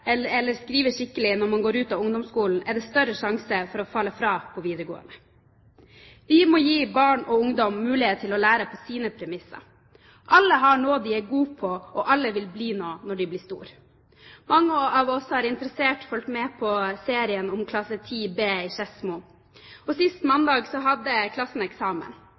eller skrive skikkelig når man går ut av ungdomsskolen, er det større risiko for å falle fra på videregående. Vi må gi barn og ungdom mulighet til å lære på sine premisser. Alle har noe de er gode til, og alle vil bli noe når de blir store. Mange av oss har interessert fulgt med på serien om klasse 10 b i Skedsmo. Sist mandag hadde klassen eksamen.